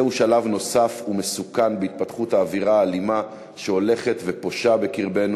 זהו שלב נוסף ומסוכן בהתפתחות האווירה האלימה שהולכת ופושה בקרבנו,